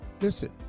listen